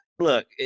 Look